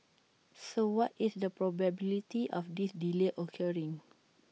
so what is the probability of this delay occurring